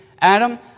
Adam